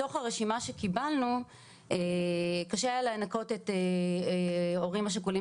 מתוך הרשימה שקיבלנו קשה היה לנקות את ההורים השכולים